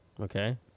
okay